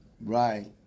Right